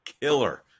killer